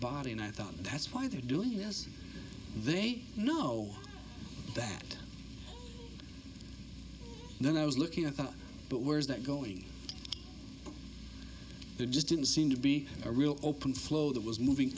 body and i thought that's why they're doing this they know that then i was looking at but where's that going it just didn't seem to be a real open flow that was moving